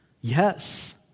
Yes